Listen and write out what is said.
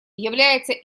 является